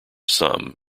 some